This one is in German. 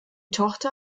tochter